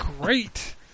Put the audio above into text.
great